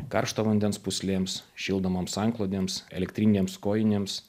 karšto vandens pūslėms šildomoms antklodėms elektrinėms kojinėms